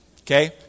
okay